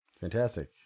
Fantastic